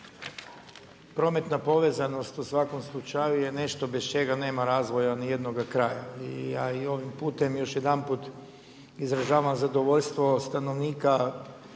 prometna povezanost u svakom slučaju je nešto bez čega nema razvoja nijednoga kraja i ja i ovim putem još jedanput izražavam zadovoljstvo stanovnika